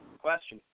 Question